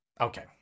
Okay